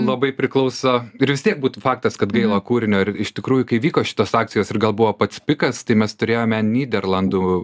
labai priklauso ir vis tiek būtų faktas kad gaila kūrinio ir iš tikrųjų kai vyko šitos akcijos ir gal buvo pats pikas tai mes turėjome nyderlandų